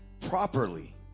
properly